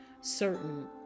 certain